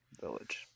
Village